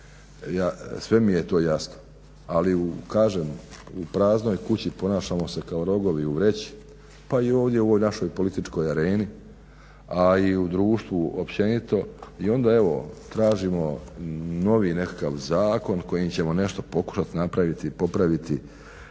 sve mi je to jasno. Ali kažem, u praznoj kući ponašamo se kao rogovi u vreći pa i ovdje u ovoj našoj političkoj areni, a i u društvu općenito i onda evo tražimo novi nekakav zakon kojim ćemo nešto pokušat napraviti i popraviti.